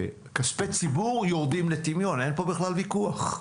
וכספי ציבור יורדים לטמיון, אין ויכוח.